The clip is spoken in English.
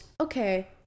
okay